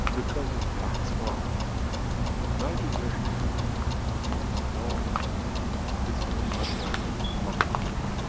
because, in plasma of nitrogen there is no physical matter of neutron.